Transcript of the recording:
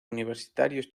universitarios